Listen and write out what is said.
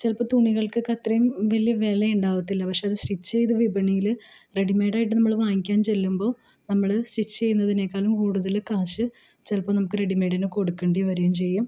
ചിലപ്പം തുണികൾക്കൊക്കെ അത്രയും വലിയ വില ഉണ്ടാവത്തില്ല പക്ഷേ സ്റ്റിച്ച് ചെയ്ത് വിപണിയിൽ റെഡിമെയ്ഡായിട്ട് നമ്മൾ വാങ്ങിക്കാൻ ചെല്ലുമ്പോൾ നമ്മൾ സ്റ്റിച്ച് ചെയ്യുന്നതിനേക്കാളും കൂടുതൽ കാശ് ചിലപ്പം നമുക്ക് റെഡിമെയ്ഡിന് കൊടുക്കേണ്ടി വരികയും ചെയ്യും